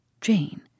Jane